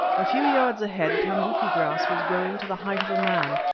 a few yards ahead tambouki grass was growing to the height of a man,